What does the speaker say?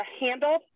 handled